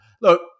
Look